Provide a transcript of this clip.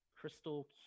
Crystal